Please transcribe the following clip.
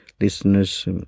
listeners